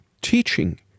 teaching